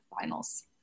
Finals